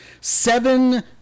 seven